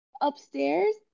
upstairs